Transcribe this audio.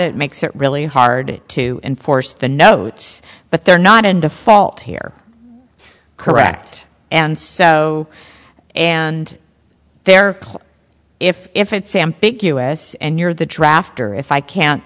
it makes it really hard to enforce the note but they're not in default here correct and so and there if if it's sam big us and you're the drafter if i can't